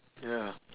ya